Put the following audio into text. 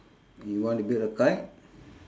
you wanna build a kite